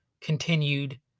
continued